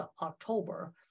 October